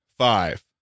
Five